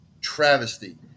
travesty